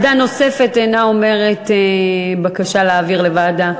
עמדה נוספת אינה אומרת בקשה להעביר לוועדה.